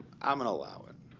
i'm going to allow it.